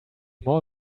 more